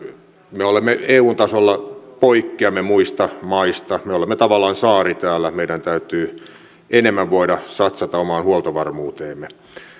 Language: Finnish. me eun tasolla poikkeamme muista maista me olemme tavallaan saari täällä meidän täytyy enemmän voida satsata omaan huoltovarmuuteemme